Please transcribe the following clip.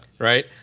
Right